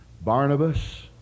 Barnabas